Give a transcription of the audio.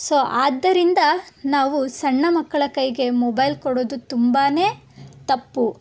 so ಆದ್ದರಿಂದ ನಾವು ಸಣ್ಣ ಮಕ್ಕಳ ಕೈಗೆ ಮೊಬೈಲ್ ಕೊಡೋದು ತುಂಬಾ ತಪ್ಪು